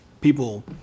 people